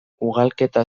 ugalketa